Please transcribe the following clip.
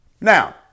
Now